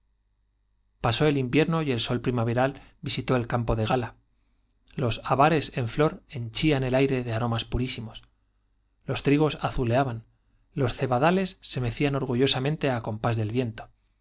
pasó el invierno y el sol primaver al vistió el campo de gala los habares en flor henchían el aire de aromas purísimos los trigos azuleaban los cebadales se mecían orgullosamente á compás del viento las